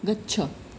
गच्छ